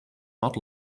not